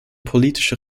politische